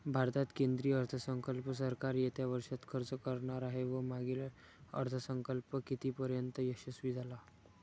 भारतात केंद्रीय अर्थसंकल्प सरकार येत्या वर्षात खर्च करणार आहे व मागील अर्थसंकल्प कितीपर्तयंत यशस्वी झाला